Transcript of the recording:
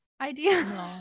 idea